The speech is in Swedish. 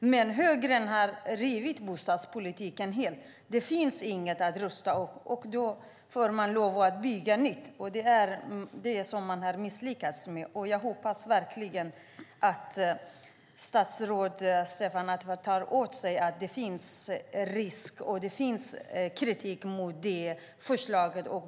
Men högern har rivit bostadspolitiken helt. Det finns inget att rusta upp. Då får man lov att bygga nytt. Det är det som man har misslyckats med. Jag hoppas verkligen att statsrådet Stefan Attefall tar åt sig att det finns en risk med och en kritik mot detta förslag.